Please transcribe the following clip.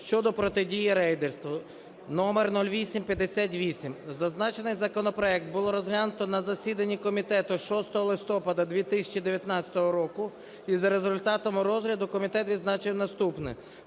щодо протидії рейдерству (номер 0858). Зазначений законопроект було розглянуто на засіданні комітету 6 листопада 2019 року і за результатами розгляду комітет відзначив наступне.